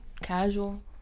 casual